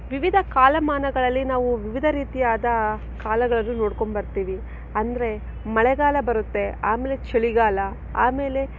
ವಿವಿಧ ಕಾಲಮಾನಗಳಲ್ಲಿ ನಾವು ವಿವಿಧ ರೀತಿಯಾದ ಕಾಲಗಳನ್ನು ನೋಡ್ಕೊಂಬರ್ತೀವಿ ಅಂದರೆ ಮಳೆಗಾಲ ಬರುತ್ತೆ ಆಮೇಲೆ ಚಳಿಗಾಲ ಆಮೇಲೆ